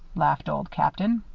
laughed old captain.